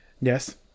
yes